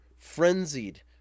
frenzied